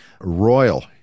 royal